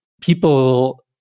people